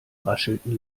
raschelten